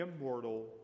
immortal